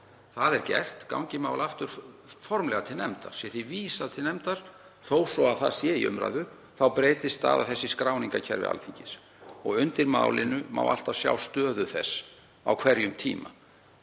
Það er gert gangi mál aftur formlega til nefndar. Sé því vísað til nefndar, þó svo að það sé í umræðu, þá breytist staða þess í skráningarkerfi Alþingis. Undir málinu má alltaf sjá stöðu þess á hverjum tíma.